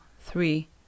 three